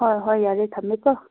ꯍꯣꯏ ꯍꯣꯏ ꯌꯥꯔꯦ ꯊꯝꯃꯦꯀꯣ